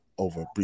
over